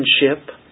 friendship